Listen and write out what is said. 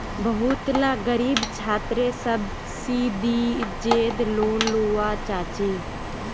बहुत ला ग़रीब छात्रे सुब्सिदिज़ेद लोन लुआ पाछे